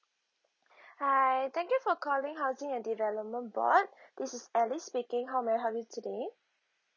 hi thank you for calling housing and development board this is alice speaking how may I help you today